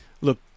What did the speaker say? look